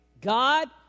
God